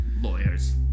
Lawyers